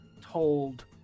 told